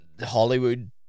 Hollywood